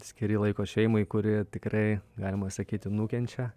skiri laiko šeimai kuri tikrai galima sakyti nukenčia